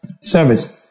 service